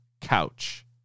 Couch